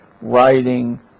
writing